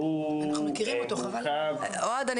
אוהד,